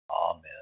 Amen